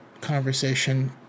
conversation